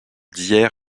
d’hier